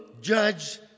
judge